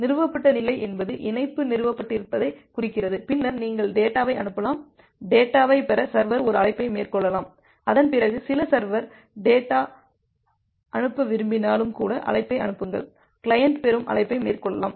நிறுவப்பட்ட நிலை என்பது இணைப்பு நிறுவப்பட்டிருப்பதைக் குறிக்கிறது பின்னர் நீங்கள் டேட்டாவை அனுப்பலாம் டேட்டாவைப் பெற சர்வர் ஒரு அழைப்பை மேற்கொள்ளலாம் அதன்பிறகு சில சர்வர் டேட்டா அனுப்ப விரும்பினாலும் கூட அழைப்பை அனுப்புங்கள் கிளையன்ட் பெறும் அழைப்பை மேற்கொள்ளலாம்